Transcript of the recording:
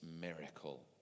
miracle